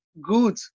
good